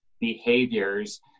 Behaviors